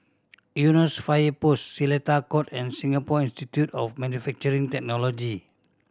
Eunos Fire Post Seletar Court and Singapore Institute of Manufacturing Technology